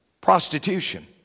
prostitution